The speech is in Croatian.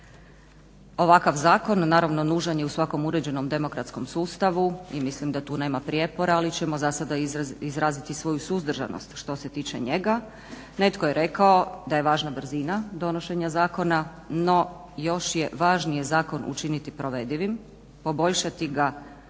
Ovakav zakon naravno nužan je u svakom uređenom demokratskom sustavu i mislim da tu nema prijepora, ali ćemo zasada izraziti svoju suzdržanost što se tiče njega. Netko je rekao da je važna brzina donošenja zakona, no još je važnije zakon učiniti provedivim, poboljšati ga, uočene